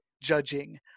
judging